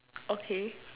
okay